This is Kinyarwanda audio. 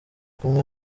kumwe